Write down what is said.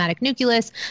nucleus